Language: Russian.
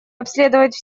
обследовать